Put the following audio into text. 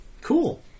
Cool